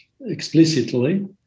explicitly